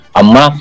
ama